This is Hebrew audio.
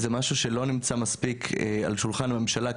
זה משהו שלא נמצא מספיק על גבי שולחן הממשלה.